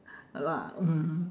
ah lah mm